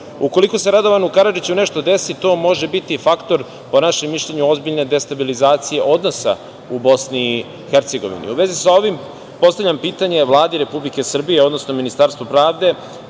Ukoliko se Radovanu Karadžiću nešto desi to može biti faktor, po našem mišljenju ozbiljne destabilizacije odnosa u BiH.U vezi sa ovim postavljam pitanje Vladi Republike Srbije, odnosno Ministarstvu pravde